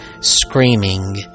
screaming